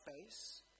space